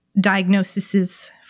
diagnoses